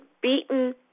beaten